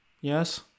Yes